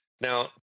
Now